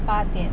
八点